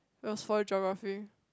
it was for geography